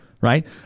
Right